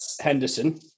Henderson